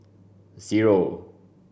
zero